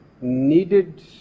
needed